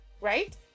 right